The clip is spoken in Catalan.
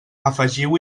afegiu